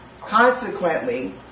Consequently